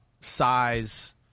size